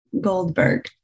Goldberg